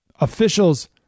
officials